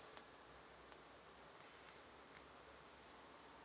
uh